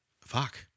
Fuck